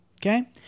okay